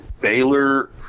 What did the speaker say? Baylor